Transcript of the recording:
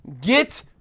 get